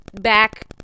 back